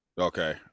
okay